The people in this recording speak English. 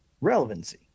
relevancy